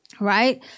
right